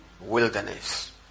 wilderness